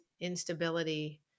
instability